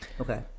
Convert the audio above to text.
Okay